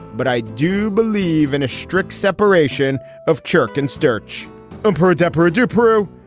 but i do believe in a strict separation of church and durch and her desperate do peru.